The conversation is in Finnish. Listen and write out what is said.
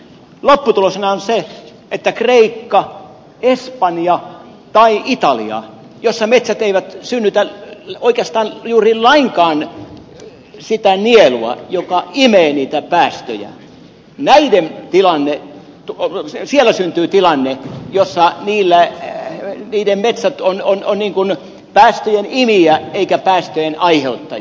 lopputuloksena on se että kreikka espanja tai italia joissa metsät eivät synnytä oikeastaan juuri lainkaan sitä nielua joka imee niitä päästöjä siellä syntyy tilanne jossa niiden metsät ovat niin kuin päästöjen imijä eivätkä päästöjen aiheuttaja